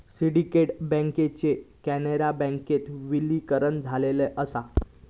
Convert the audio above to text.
syndicate बँकेचा कॅनरा बँकेत विलीनीकरण झाला असा